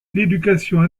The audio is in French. l’éducation